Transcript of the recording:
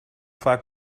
vaak